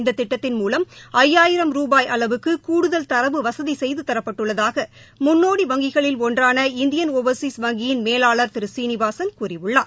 இந்த திட்டத்தின் மூவம் ஐயாயிரம் ரூபாய் அளவுக்கு கூடுதல் தரவு வசதி செய்து தரப்பட்டுள்ளதாக முன்னோடி வங்கிகளில் ஒன்றான இந்தியன் ஒவர்சீஸ் வங்கியின் மேலாளர் திரு சீனிவாசன் கூறியுள்ளார்